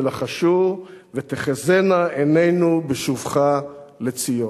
ולחשו: "ותחזינה עינינו בשובך לציון".